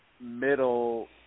middle